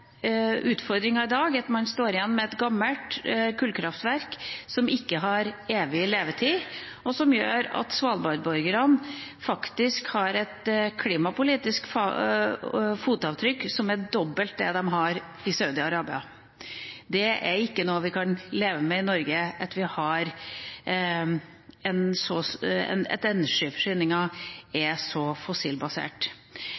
at man står igjen med et gammelt kullkraftverk som ikke har evig levetid, og som gjør at Svalbard-borgerne faktisk har et klimapolitisk fotavtrykk som er dobbelt det de har i Saudi-Arabia. Det er ikke noe vi kan leve med i Norge at energiforsyningen er så fossilbasert. Vi